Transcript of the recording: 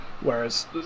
Whereas